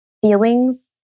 feelings